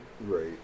Right